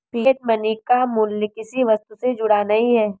fiat money का मूल्य किसी वस्तु से जुड़ा नहीं है